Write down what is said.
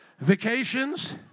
Vacations